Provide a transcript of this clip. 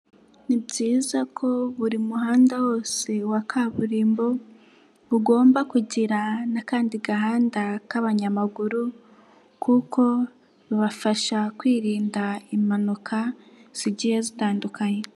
Ni byiza ko buri muhanda wose wa kaburimbo, ugomba kugira n'akandi gahanda k'abanyamaguru, kuko bibafasha kwirinda impanuka zigiye zitandukanye.